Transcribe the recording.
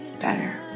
better